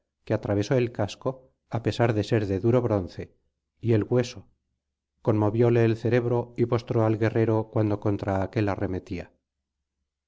que atravesó el casco á pesar de ser de duro bronce y el hueso conmovióle el cerebro y postró al guerrero cuando contra aquél arremetía